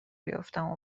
بیفتم